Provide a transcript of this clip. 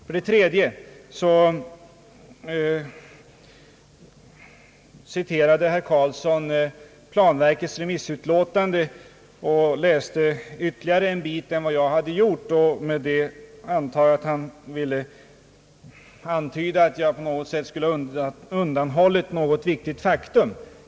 För det tredje citerade herr Karlsson planverkets remissyttrande och läste en bit mer än vad jag hade gjort. Jag antar att han därmed ville antyda att jag på något sätt skulle ha undanhållit kammaren något viktigt faktum.